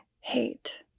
hate